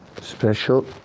special